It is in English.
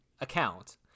account